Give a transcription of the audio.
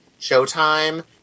Showtime